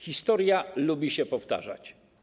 Historia lubi się powtarzać.